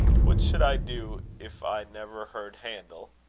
what should i do if i never heard handel!